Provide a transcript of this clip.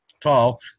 tall